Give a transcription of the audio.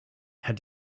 had